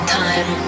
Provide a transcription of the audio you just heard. time